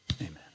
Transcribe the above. Amen